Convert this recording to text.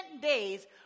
days